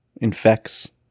infects